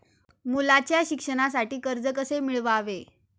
मुलाच्या शिक्षणासाठी कर्ज कसे मिळवावे?